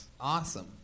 Awesome